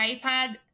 iPad